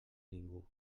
ningú